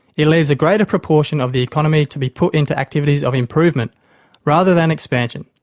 it leaves a greater proportion of the economy to be put into activities of improvement rather than expansion,